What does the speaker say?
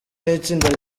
n’itsinda